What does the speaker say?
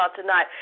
tonight